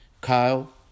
Kyle